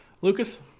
Lucas